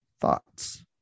thoughts